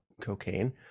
cocaine